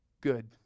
good